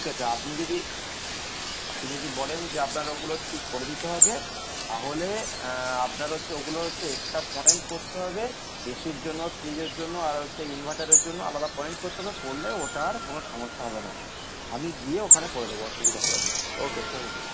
ঠিক আছে আপনি যদি আপনি যদি বলেন যে আপনার ওগুলো ঠিক করে দিতে হবে তাহলে আপনার হচ্ছে ওগুলো হচ্ছে এক্সট্রা পয়েন্ট করতে হবে এসির জন্য ফ্রিজের জন্য আর হচ্ছে ইনভার্টারের জন্য আলাদা পয়েন্ট করতে হবে করলে ওটার কোনো সমস্যা হবে না আমি গিয়ে ওখানে করে দেবো অসুবিধা হবে না ওকে থ্যাংক ইউ